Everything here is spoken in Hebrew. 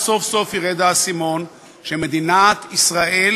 אז סוף-סוף ירד האסימון שמדינת ישראל